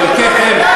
חלקכם,